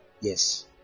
Yes